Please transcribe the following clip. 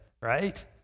right